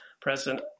president